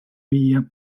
viia